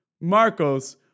Marcos